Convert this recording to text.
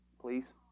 please